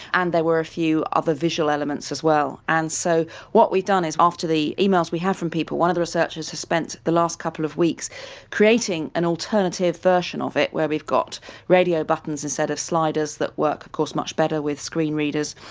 and there were a few other visual elements as well. and so what we've done, after the emails we had from people, one of the researchers has spent the last couple of weeks creating an alternative version of it where we've got radio buttons instead of sliders that work of course much better with screen readers,